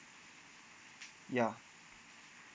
ya